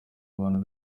abantu